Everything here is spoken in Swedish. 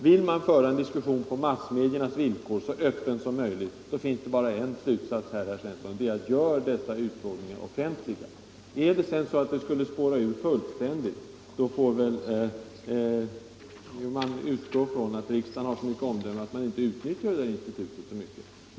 Vill man föra en diskussion på massmediernas villkor — så öppet som möjligt — finns det bara en slutsats att dra: man bör göra dessa utfrågningar offentliga. Skulle sedan utfrågningarna spåra ur fullständigt, får vi väl utgå ifrån att riksdagen har så gott omdöme att institutet inte utnyttjas så mycket.